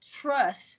trust